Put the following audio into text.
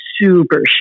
super